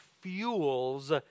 fuels